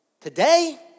Today